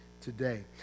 today